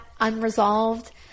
unresolved